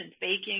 baking